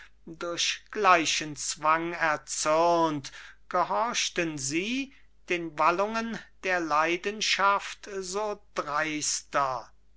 durch gleichen zwang erzürnt gehorchten sie den wallungen der leidenschaft so dreister